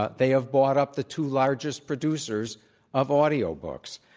but they have bought up the two largest producers of audio books.